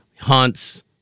hunts